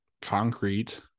concrete